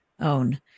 own